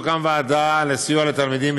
תוקם ועדה לסיוע לתלמידים,